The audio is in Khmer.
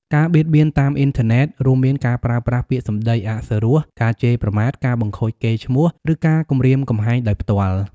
ការបៀតបៀនតាមអ៊ីនធឺណិត រួមមានការប្រើប្រាស់ពាក្យសម្ដីអសុរោះ ការជេរប្រមាថ ការបង្ខូចកេរ្តិ៍ឈ្មោះ ឬការគំរាមកំហែងដោយផ្ទាល់។